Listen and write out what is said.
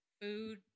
Food